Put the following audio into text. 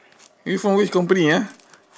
you from which company ah